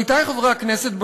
עמיתי חברי הכנסת,